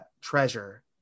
treasure